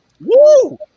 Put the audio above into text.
Woo